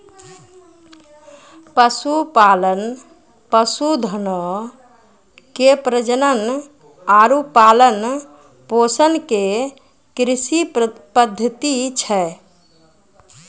पशुपालन, पशुधनो के प्रजनन आरु पालन पोषण के कृषि पद्धति छै